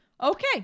Okay